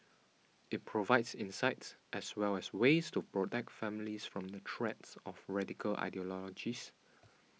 it provides insights as well as ways to protect families from the threats of radical ideologies